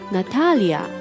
Natalia